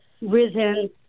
risen